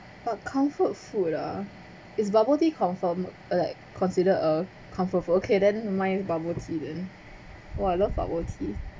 but comfort food ah is bubble tea confirm like considered a comfort food okay then mine bubble tea then !wah! I love bubble tea